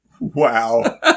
Wow